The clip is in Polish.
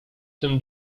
tym